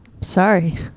sorry